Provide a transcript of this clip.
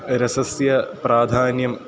रसस्य प्राधान्यं